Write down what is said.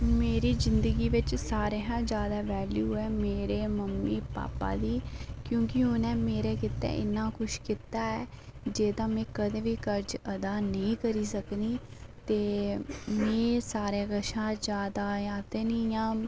मेरी जिंदगी बिच सारें कशा जादै वेल्यू ऐ मेरे मम्मी भापा दा क्योंकि उन्ने मेरे गितै इन्ना किश कीता ऐ जेह्दा में कदें बी कर्ज नेईं अदा करी सकनी ते में सारें कशा जादै एह् आखदे न कि